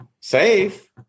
safe